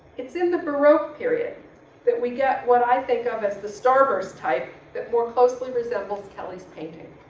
it's in the baroque period that we get what i think of as the starburst type that more closely resembles kelly's painting.